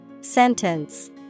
Sentence